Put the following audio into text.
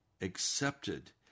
accepted